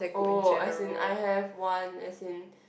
oh as in I have one as in